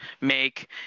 make